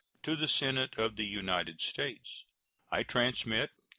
to the senate of the united states i transmit,